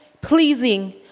pleasing